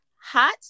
hot